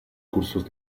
cursos